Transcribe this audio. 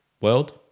world